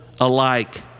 alike